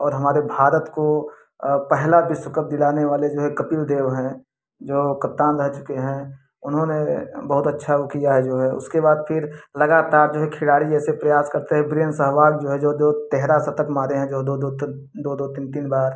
और हमारे भारत को पहला विश्व कप दिलाने वाले जो है कपिल देव हैं जो कप्तान रह चुके हैं उन्होंने बहुत अच्छा वो किया है जो है उसके बाद फिर लगातार जो है खिलाड़ी ऐसे प्रयास करते हैं वीरेंद्र सहवाग जो है जो दो तिहरा शतक मारे हैं जो दो दो तो दो दो तीन तीन बार